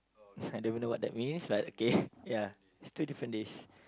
I don't even know what that means but okay ya it's two different days